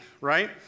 right